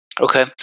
Okay